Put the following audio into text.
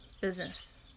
business